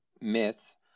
myths